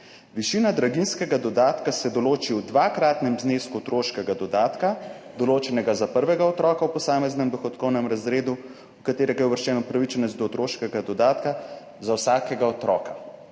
»Višina draginjskega dodatka se določi v dvakratnem znesku otroškega dodatka, določenega za prvega otroka v posameznem dohodkovnem razredu, v katerega je uvrščen upravičenec do otroškega dodatka za vsakega otroka.«